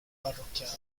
parrocchiale